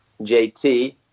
JT